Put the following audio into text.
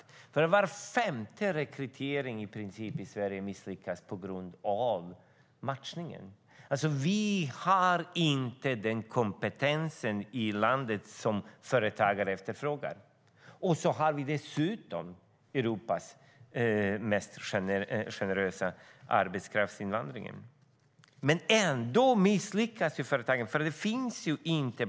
I princip misslyckas var femte rekrytering i Sverige på grund av matchningen. Vi har inte i landet den kompetens som företagare efterfrågar. Vi har Europas generösaste arbetskraftsinvandring, men ändå misslyckas företagen.